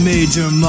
Major